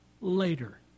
later